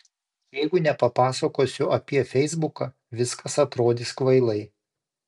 jeigu nepapasakosiu apie feisbuką viskas atrodys kvailai